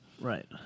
Right